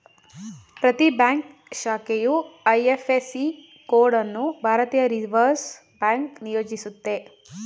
ಪ್ರತಿ ಬ್ಯಾಂಕ್ ಶಾಖೆಯು IFSC code ಅನ್ನು ಭಾರತೀಯ ರಿವರ್ಸ್ ಬ್ಯಾಂಕ್ ನಿಯೋಜಿಸುತ್ತೆ